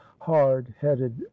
hard-headed